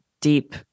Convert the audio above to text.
deep